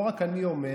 לא רק אני אומר